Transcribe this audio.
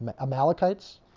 Amalekites